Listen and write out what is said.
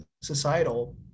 societal